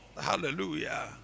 Hallelujah